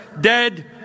dead